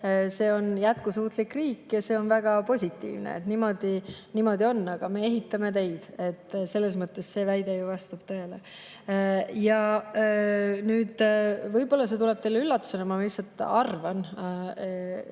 see on jätkusuutlik riik ja see on väga positiivne, et niimoodi on. Aga me ehitame teid, selles mõttes see väide vastab tõele. Ja nüüd, võib-olla see tuleb teile üllatusena, aga ma lihtsalt arvan,